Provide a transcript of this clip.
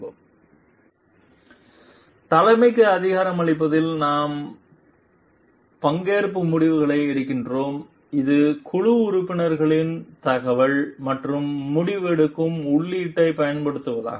slide நேரம் 2127 பார்க்கவும் தலைமைக்கு அதிகாரமளிப்பதில் நாம் பங்கேற்பு முடிவுகளை எடுக்கிறோம் இது குழு உறுப்பினர்களின் தகவல் மற்றும் முடிவெடுக்கும் உள்ளீட்டைப் பயன்படுத்துவதாகும்